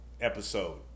episode